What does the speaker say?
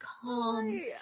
calm